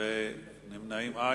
ואין נמנעים.